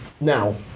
now